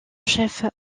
chef